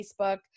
Facebook